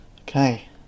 Okay